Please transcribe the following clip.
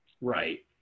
Right